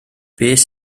beth